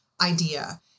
idea